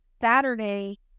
Saturday